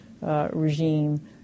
regime